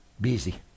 busy